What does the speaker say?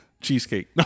cheesecake